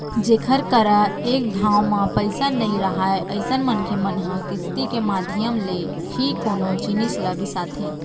जेखर करा एक घांव म पइसा नइ राहय अइसन मनखे मन ह किस्ती के माधियम ले ही कोनो जिनिस ल बिसाथे